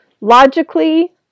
Logically